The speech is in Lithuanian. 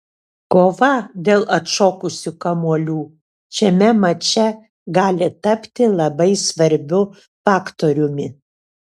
kova dėl atšokusių kamuolių šiame mače gali tapti labai svarbiu faktoriumi